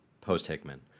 post-Hickman